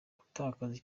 gutakaza